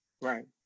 Right